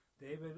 David